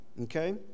Okay